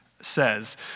says